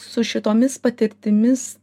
su šitomis patirtimis